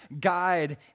guide